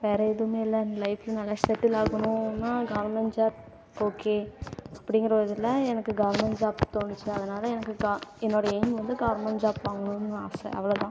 வேறு எதுவுமே இல்லை லைஃபில் நல்ல செட்டில் ஆகணும்னால் கவர்மெண்ட் ஜாப் ஓகே அப்படிங்கிற ஒரு இதில் எனக்கு கவர்மெண்ட் ஜாப் தோணுச்சு அதனால் எனக்கு கா என்னோடைய எய்ம் வந்து கவர்மெண்ட் ஜாப் வாங்கணும்னு ஆசை அவ்வளோ தான்